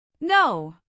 No